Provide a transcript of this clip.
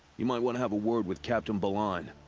you might want to have a word with captain balahn.